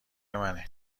منه